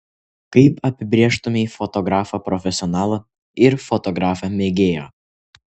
kaip apibrėžtumei fotografą profesionalą ir fotografą mėgėją